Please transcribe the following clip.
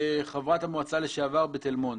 חברת המועצה לשעבר בתל מונד.